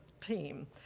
team